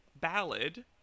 Ballad